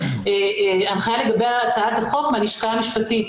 הנחיה לגבי הצעת החוק מהלשכה המשפטית.